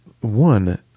one